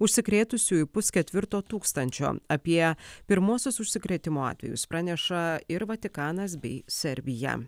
užsikrėtusiųjų pusketvirto tūkstančio apie pirmuosius užsikrėtimo atvejus praneša ir vatikanas bei serbija